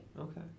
Okay